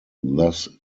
thus